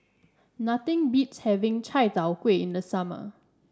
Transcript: nothing beats having Chai Tow Kuay in the summer